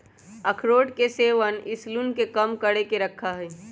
अखरोट के सेवन इंसुलिन के कम करके रखा हई